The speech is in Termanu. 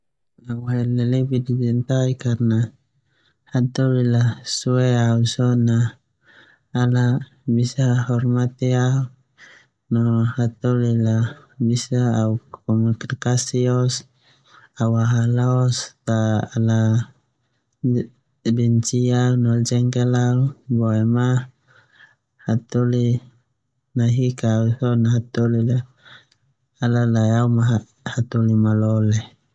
Au hele hele di cintai karna hataholi a sue au so na ala bisa hormati au no hataholi la bisa au komonikasi oos au ahal oos ta beci au jenkel au boema hatahali lahiik au sona lae au hataholi malole.